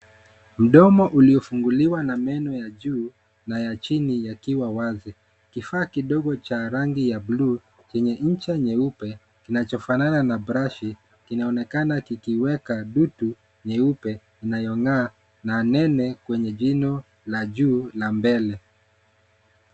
Mdomo uliofunguliwa na meno ya juu na ya chini yakiwa wazi kifaa kidogo cha rangi ya buluu enye ncha nyeupe kinachofanana na brashi kinaonekana kikiweka dutu nyeupe inayong'aa na nene kwenye jino la juu na mbele.